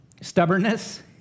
Stubbornness